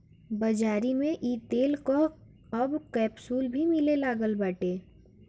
बाज़ारी में इ तेल कअ अब कैप्सूल भी मिले लागल बाटे